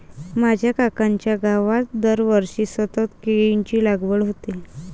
माझ्या काकांच्या गावात दरवर्षी सतत केळीची लागवड होते